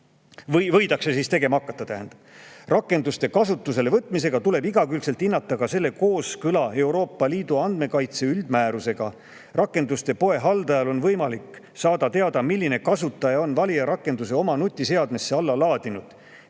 võidakse tegema hakata. – H-V. S.] Rakenduste kasutusele võtmisega tuleb igakülgselt hinnata ka selle kooskõla Euroopa Liidu andmekaitse üldmäärusega. Rakenduste poe haldajal on võimalik saada teada, milline kasutaja on valijarakenduse oma nutiseadmesse alla laadinud.